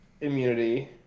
immunity